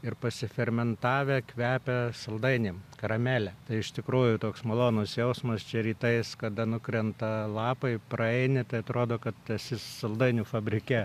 ir pasifermentavę kvepia saldainį karamelė tai iš tikrųjų toks malonus jausmas čia rytais kada nukrenta lapai praeini tai atrodo kad esi saldainių fabrike